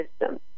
system